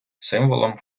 символом